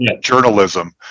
journalism